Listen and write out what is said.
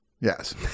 yes